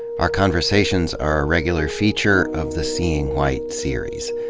our conversations are a regular feature of the seeing white series.